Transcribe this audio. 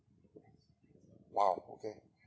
!wow! okay